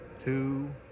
two